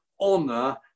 honor